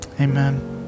amen